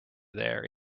there